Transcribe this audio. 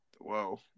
Whoa